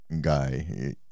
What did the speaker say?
guy